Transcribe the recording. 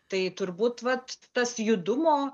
tai turbūt vat tas judumo